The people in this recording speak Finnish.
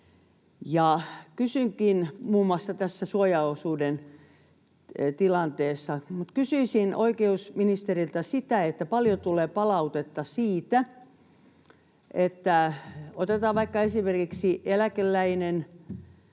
kysynkin muun muassa tästä suojaosuuden tilanteesta. Kysyisin oikeusministeriltä, paljonko tulee palautetta siitä — otetaan vaikka esimerkiksi eläkeläinen,